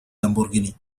lamborghini